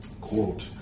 Quote